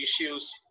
issues